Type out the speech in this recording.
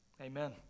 Amen